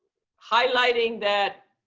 highlighting that